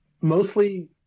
mostly